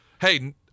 Hey